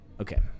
Okay